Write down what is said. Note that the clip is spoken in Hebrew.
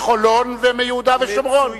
מחולון ומיהודה ושומרון,